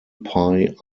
pie